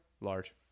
large